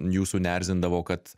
jūsų neerzindavo kad